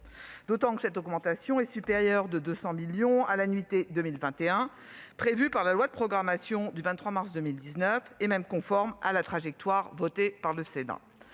d'autant que cette augmentation est supérieure de 200 millions d'euros à l'annuité 2021 prévue par la loi de programmation du 23 mars 2019 et même conforme à la trajectoire votée par le Sénat.